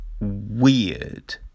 weird